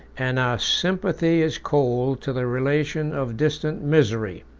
and our sympathy is cold to the relation of distant misery.